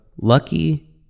lucky